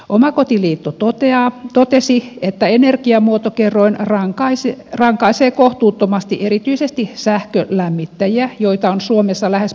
omakotiliitto totesi että energiamuotokerroin rankaisee kohtuuttomasti erityisesti sähkölämmittäjiä joita on suomessa lähes puoli miljoonaa